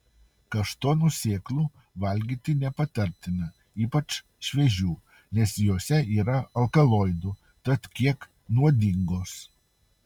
kaštonų sėklų valgyti nepatartina ypač šviežių nes jose yra alkaloidų tad kiek nuodingos